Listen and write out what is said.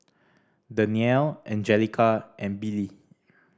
Dannielle Anjelica and Billie